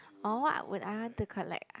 oh what would I want to collect